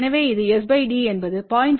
எனவே இது s d என்பது 0